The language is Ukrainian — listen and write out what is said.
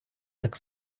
так